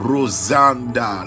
Rosanda